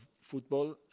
football